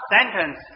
sentence